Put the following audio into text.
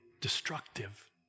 destructive